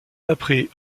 après